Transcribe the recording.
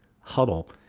huddle